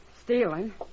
stealing